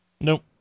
Nope